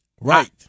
Right